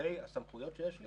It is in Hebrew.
לגבי הסמכויות שיש לי